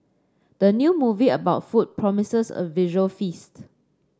the new movie about food promises a visual feast